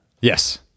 Yes